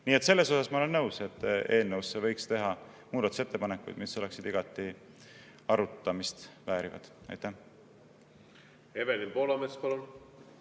Nii et selles suhtes ma olen nõus, et eelnõu kohta võiks teha muudatusettepanekuid, mis oleksid igati arutamist väärivad. Evelin Poolamets, palun!